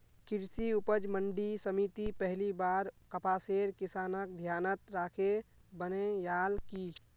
कृषि उपज मंडी समिति पहली बार कपासेर किसानक ध्यानत राखे बनैयाल की